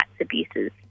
abuses